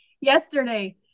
yesterday